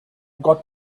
got